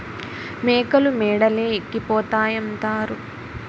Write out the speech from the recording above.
మేకలు మేడలే ఎక్కిపోతాయంతారు